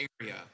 area